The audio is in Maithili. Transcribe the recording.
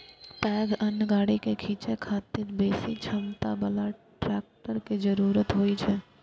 पैघ अन्न गाड़ी कें खींचै खातिर बेसी क्षमता बला ट्रैक्टर के जरूरत होइ छै